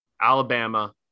Alabama